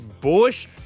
bush